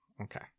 Okay